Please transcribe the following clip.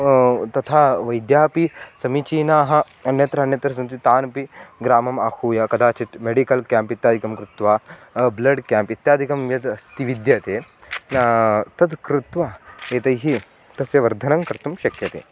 तथा वैद्यापि समीचीनाः अन्यत्र अन्यत्र सन्ति तानपि ग्रामम् आहूय कदाचित् मेडिकल् केम्प् इत्यादिकं कृत्वा ब्लड् केम्प् इत्यादिकं यत् अस्ति विद्यते तत् कृत्वा एतैः तस्य वर्धनं कर्तुं शक्यते